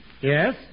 Yes